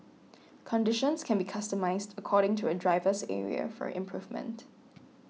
conditions can be customised according to a driver's area for improvement